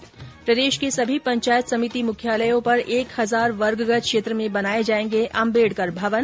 ्र प्रदेश के सभी पंचायत समिति मुख्यालयों पर एक हजार वर्गगज क्षेत्र में बनाए जाएंगे अंबेडकर भवन